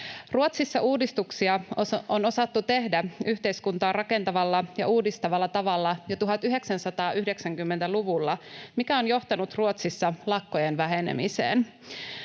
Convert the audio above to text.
Ruotsissa uudistuksia on osattu tehdä yhteiskuntaa rakentavalla ja uudistavalla tavalla jo 1990-luvulla, mikä on johtanut Ruotsissa lakkojen vähenemiseen.